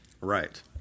Right